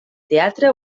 teatre